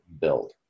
build